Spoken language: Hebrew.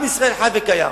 עם ישראל חי וקיים.